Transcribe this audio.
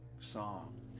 Song